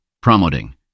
promoting